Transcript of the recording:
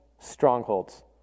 strongholds